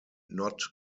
not